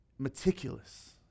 meticulous